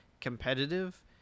competitive